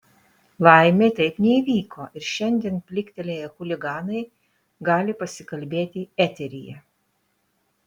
laimei taip neįvyko ir šiandien pliktelėję chuliganai gali pasikalbėti eteryje